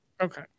Okay